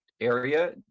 area